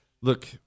Look